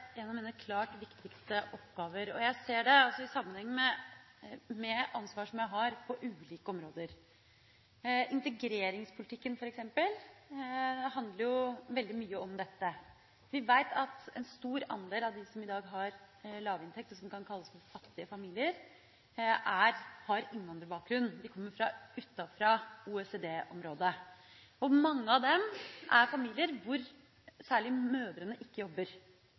en av mine klart viktigste oppgaver. Jeg ser det også i sammenheng med ansvaret som jeg har på ulike områder. For eksempel handler integreringspolitikken veldig mye om dette. Vi veit at en stor andel av dem som i dag har lavinntekt, og som kan kalles for fattige familier, har innvandrerbakgrunn, de kommer fra utenfor OECD-området. Mange av dem er familier hvor særlig mødrene ikke jobber.